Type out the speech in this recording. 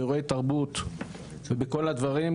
באירועי תרבות ובכל הדברים,